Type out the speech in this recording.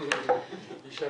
יישר כוח.